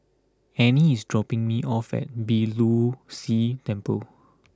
Anne is dropping me off at Beeh Low See Temple